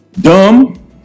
Dumb